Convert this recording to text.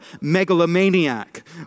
megalomaniac